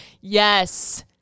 Yes